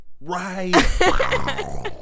Right